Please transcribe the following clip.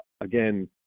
again